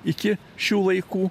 iki šių laikų